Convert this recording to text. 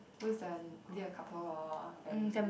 who's the is it a couple or family